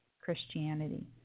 Christianity